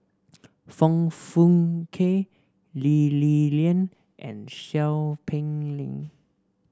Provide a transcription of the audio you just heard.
Foong Fook Kay Lee Li Lian and Seow Peck Leng